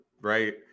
right